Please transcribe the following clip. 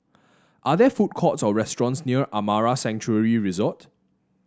are there food courts or restaurants near Amara Sanctuary Resort